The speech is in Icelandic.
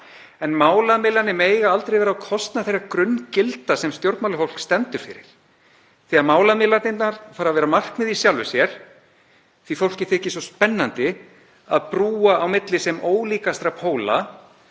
en málamiðlanir mega aldrei vera á kostnað þeirra grunngilda sem stjórnmálafólk stendur fyrir. Þegar málamiðlanirnar fara að vera markmið í sjálfu sér, því fólki þykir svo spennandi að brúa á milli sem ólíkastra póla,